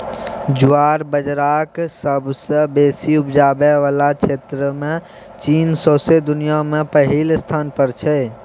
ज्वार बजराक सबसँ बेसी उपजाबै बला क्षेत्रमे चीन सौंसे दुनियाँ मे पहिल स्थान पर छै